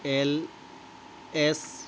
L S